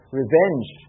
revenge